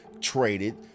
traded